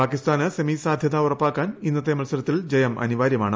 പാകിസ്ഥാന് സെമി സാധ്യത ഉറപ്പാക്കാൻ ഇന്നത്തെ മത്സരത്തിൽ ജയം അനിവാര്യമാണ്